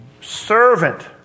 servant